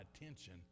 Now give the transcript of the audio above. attention